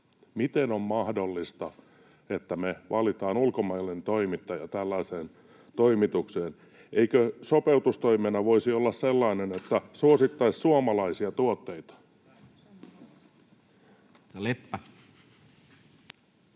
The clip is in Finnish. Miten on mahdollista, että me valitaan ulkomainen toimittaja tällaiseen toimitukseen? Eikö sopeutustoimena voisi olla sellainen, että suosittaisiin suomalaisia tuotteita?